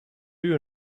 you